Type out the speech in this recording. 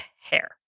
hair